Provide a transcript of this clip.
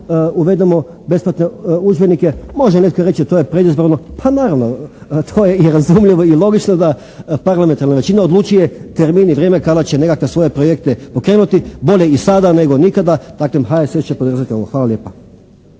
uvedemo besplatne udžbenike. Može netko reći to je predizborno. Pa naravno. To je i razumljivo i logično da parlamentarna većina odlučuje termin i vrijeme kada će nekakve svoje projekte pokrenuti. Bolje i sada nego nikada. Dakle, HSS će podržati ovo. Hvala lijepa.